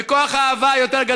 יש לנו פה הזדמנות, רבותיי.